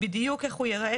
בדיוק איך הוא ייראה,